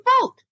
vote